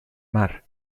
mar